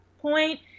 point